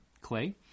clay